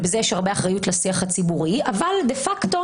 ובזה יש הרבה אחריות לשיח הציבורי אבל דה-פקטו,